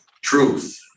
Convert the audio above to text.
truth